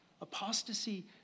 Apostasy